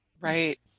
Right